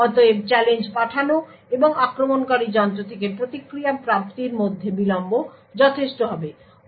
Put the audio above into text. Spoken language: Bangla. অতএব চ্যালেঞ্জ পাঠানো এবং আক্রমণকারী যন্ত্র থেকে প্রতিক্রিয়া প্রাপ্তির মধ্যে বিলম্ব যথেষ্ট হবে